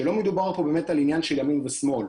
שלא מדובר פה באמת על עניין של ימין ושמאל,